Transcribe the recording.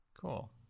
Cool